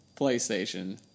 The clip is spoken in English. playstation